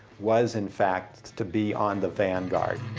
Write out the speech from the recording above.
was in fact to be on the vanguard.